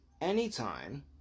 anytime